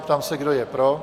Ptám se, kdo je pro?